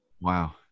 Wow